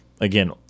again –